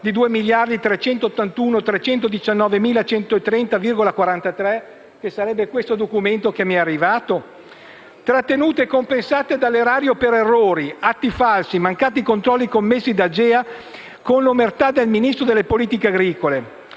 di 2.381.319.130,43, che sarebbe il documento che mi è arrivato? Parliamo di trattenute compensate dall'erario per errori, atti falsi, mancati controlli commessi da AGEA, con l'omertà del Ministro delle politiche agricole.